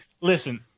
listen